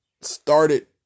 started